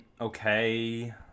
okay